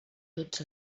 tots